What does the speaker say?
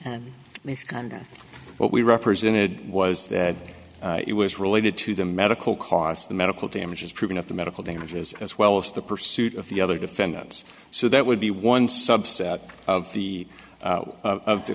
misconduct what we represented was that it was related to the medical costs the medical damages proving up the medical damages as well as the pursuit of the other defendants so that would be one subset of the of the